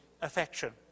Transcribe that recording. affection